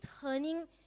turning